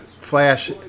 Flash